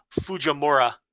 Fujimura